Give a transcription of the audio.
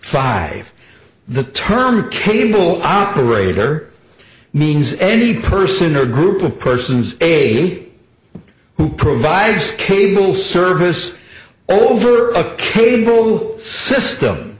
five the term cable operator means any person or group of persons eight who provides cable service over a cable system